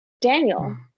Daniel